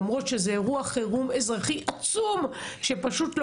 למרות שזה אירוע חירום אזרחי עצום שפשוט לא